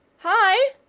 hi!